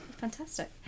Fantastic